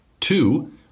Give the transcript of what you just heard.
Two